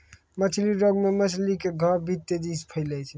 मछली रोग मे मछली के घाव भी तेजी से फैलै छै